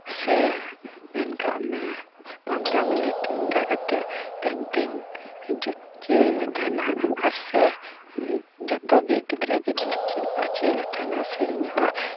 ᱥᱮ ᱢᱮᱱ ᱠᱟᱜ ᱢᱮ ᱯᱚᱫᱨᱚ ᱢᱤᱱᱤᱴ ᱮᱱᱠᱟ ᱠᱟᱛᱮ ᱯᱮᱱᱴᱤᱝ ᱡᱩᱛ ᱦᱚᱪᱚᱭᱮᱫ ᱛᱟᱦᱮᱱᱟ ᱟᱨ ᱥᱮ ᱡᱚᱛᱚ ᱜᱮ ᱜᱤᱫᱽᱨᱟᱹ ᱜᱮ ᱡᱩᱛ ᱦᱚᱪᱚᱭᱮᱫ ᱞᱮ ᱛᱟᱦᱮᱱᱟ ᱥᱮ ᱤᱧ ᱦᱚᱸ